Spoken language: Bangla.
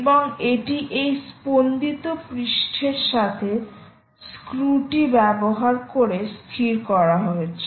এবং এটি এই স্পন্দিত পৃষ্ঠের সাথে স্ক্রুটি ব্যবহার করে স্থির করা হয়েছে